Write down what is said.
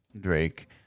Drake